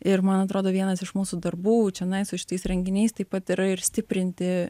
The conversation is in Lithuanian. ir man atrodo vienas iš mūsų darbų čianai su šitais renginiais taip pat yra ir stiprinti